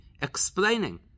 explaining